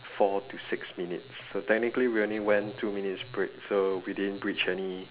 four to six minutes so technically we only went two minutes break so we didn't breach any